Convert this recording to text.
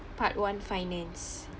part one finance